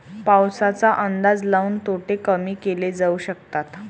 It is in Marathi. पाऊसाचा अंदाज लाऊन तोटे कमी केले जाऊ शकतात